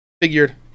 figured